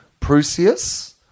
Prusius